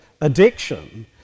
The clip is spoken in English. addiction